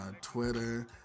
Twitter